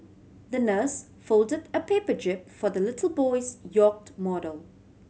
the nurse folded a paper jib for the little boy's yacht model